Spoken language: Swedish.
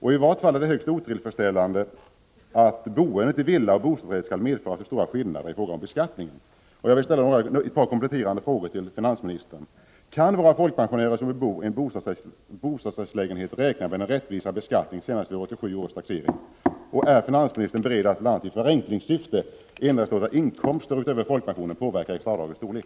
I varje fall är det högst otillfredsställande att det när det gäller boende i villa resp. bostadsrättslägenhet skall behöva finnas så stora skillnader i fråga om beskattningen. Kan våra folkpensionärer som bebor en bostadsrättslägenhet räkna med att en rättvisare beskattning är genomförd senast till 1987 års taxering? Är finansministern beredd att, bl.a. i förenklingssyfte, se till att endast inkomster, utöver folkpensionen, får påverka det extra avdragets storlek?